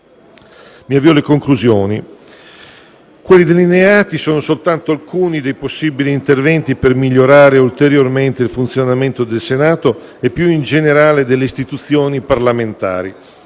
Mi avvio alle conclusioni. Quelli delineati sono soltanto alcuni dei possibili interventi per migliorare ulteriormente il funzionamento del Senato e, più in generale, delle istituzioni parlamentari.